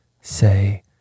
say